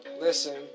Listen